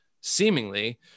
seemingly